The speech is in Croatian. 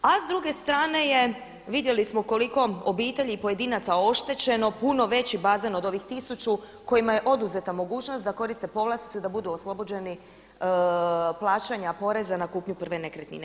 A s druge strane je, vidjeli smo koliko obitelji i pojedinaca oštećeno, puno veći baze od ovih tisuću kojima je oduzeta mogućnost da koriste povlasticu i da budu oslobođeni plaćanja poreza na kupnju prve nekretnine.